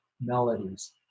melodies